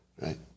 right